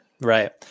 Right